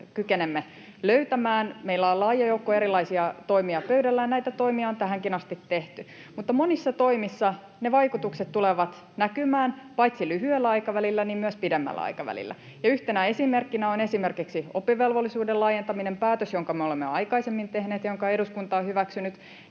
kykenemme löytämään. Meillä on laaja joukko erilaisia toimia pöydällä, ja näitä toimia on tähänkin asti tehty, mutta monissa toimissa vaikutukset tulevat näkymään paitsi lyhyellä aikavälillä myös pidemmällä aikavälillä. Yhtenä esimerkkinä on esimerkiksi oppivelvollisuuden laajentaminen, päätös, jonka me olemme aikaisemmin tehneet ja jonka eduskunta on hyväksynyt.